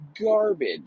garbage